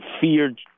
feared